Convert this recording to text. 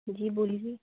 जी बोलिए